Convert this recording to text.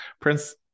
prince